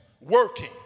working